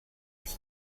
dich